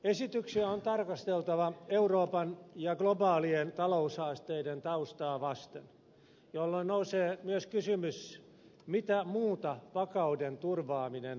esityksiä on tarkasteltava euroopan ja globaalien taloushaasteiden taustaa vasten jolloin nousee myös kysymys mitä muuta vakauden turvaaminen vaatii